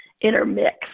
intermix